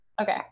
Okay